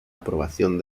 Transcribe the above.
aprobación